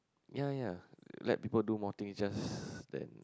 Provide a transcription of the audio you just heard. ya ya let people do more things just than